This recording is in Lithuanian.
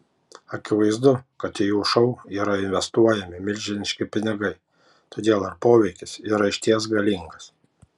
akivaizdu kad į jų šou yra investuojami milžiniški pinigai todėl ir poveikis yra išties galingas